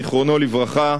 זיכרונו לברכה,